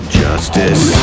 justice